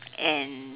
and